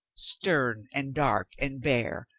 stern and dark and bare,